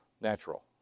Natural